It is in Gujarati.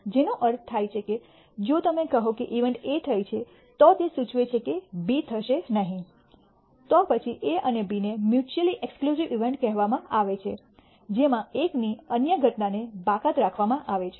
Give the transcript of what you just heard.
જેનો અર્થ થાય છે જો તમે કહો કે ઇવેન્ટ A થઇ છે તો તે સૂચવે છે કે B થશે નહિ તો પછી A અને B ને મ્યૂચૂઅલી એક્સક્લૂસિવ ઇવેન્ટ્સ કહેવામાં આવે છે જેમાં એકની અન્ય ઘટનાને બાકાત રાખવામાં આવે છે